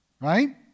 Right